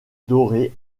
doré